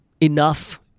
enough